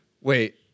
wait